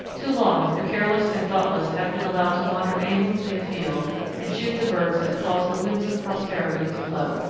too long the careless and thoughtless have been allowed to wander aimlessly afield and shoot the birds that caused the winds of prosperity to blow.